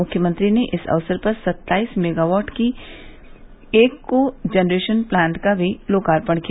मुख्यमंत्री ने इस अवसर पर सत्ताईस मेगावाट की एक को जनरेशन प्लांट का भी लोकार्पण किया